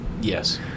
yes